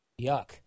Yuck